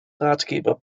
ratgeber